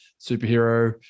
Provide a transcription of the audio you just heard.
superhero